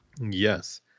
Yes